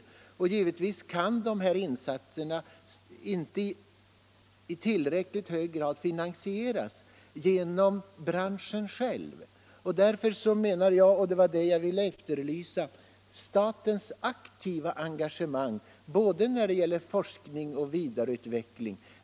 Dessa insatser kan givetvis inte i tillräckligt hög grad finansieras genom branschen själv. Därför efterlyser jag statens aktiva engagemang när det gäller både forskning och vidareutveckling.